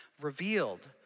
revealed